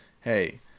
hey